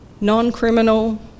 non-criminal